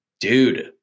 Dude